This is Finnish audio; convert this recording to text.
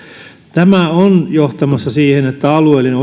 tämä on johtamassa siihen että alueellinen